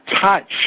touch